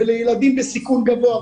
ועל ילדים בסיכון גבוה,